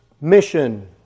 Mission